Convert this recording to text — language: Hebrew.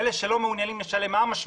אלה שלא מעוניינים לשלם גורמים לכך